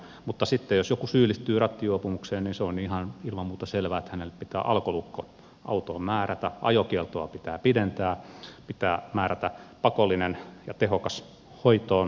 mutta sitten jos joku syyllistyy rattijuopumukseen niin se on ilman muuta selvää että hänelle pitää alkolukko autoon määrätä ajokieltoa pitää pidentää ja pitää määrätä pakollinen ja tehokas hoitoonohjaus